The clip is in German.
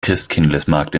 christkindlesmarkt